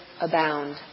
abound